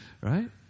right